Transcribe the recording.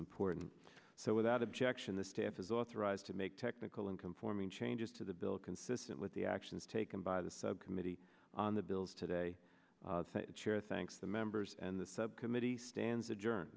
important so without objection the staff is authorized to make technical and conforming changes to the bill consistent with the actions taken by the subcommittee on the bills today the chair thanks the members and the subcommittee stands a